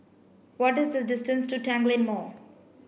what is the distance to Tanglin Mall